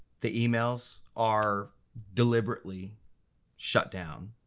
the emails are deliberately shut down.